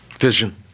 Vision